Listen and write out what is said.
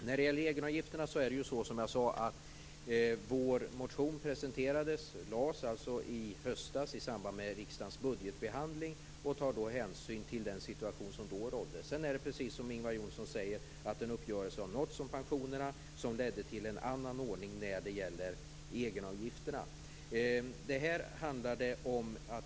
När det gäller egenavgifterna är det, som jag sagt, så att vår motion väcktes i höstas i samband med riksdagens budgetbehandling och tar hänsyn till den situation som då rådde. Som Ingvar Johnsson säger har det sedan dess nåtts en pensionsuppgörelse som ledde till en annan ordning när det gällde egenavgifterna.